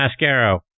Mascaro